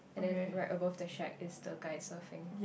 and then right above the shake is the glider fins